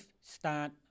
start